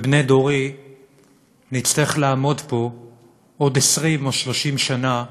ובני דורי נצטרך לעמוד פה עוד 20 או 30 שנה,